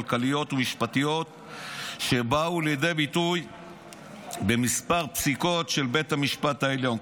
כלכליות ומשפטיות שבאו לידי ביטוי בכמה פסיקות של בית המשפט העליון.